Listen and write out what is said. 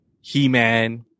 He-Man